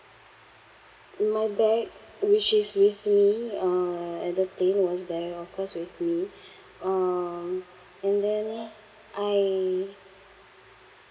my bag which is with me uh at the plane was there of course with me um and then I